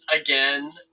again